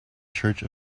church